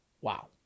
Wow